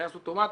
טייס אוטומטי,